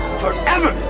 forever